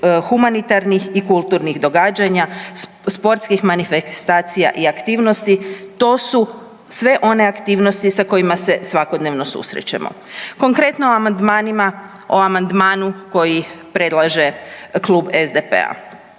humanitarnih i kulturnih događanja, sportskih manifestacija i aktivnosti. To su sve one aktivnosti sa kojima se svakodnevno susrećemo. Konkretno o amandmanima, o amandmanu koji predlaže Klub SDP-a.